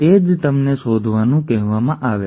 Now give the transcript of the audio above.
તે જ તમને શોધવાનું કહેવામાં આવે છે